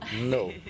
No